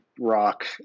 Rock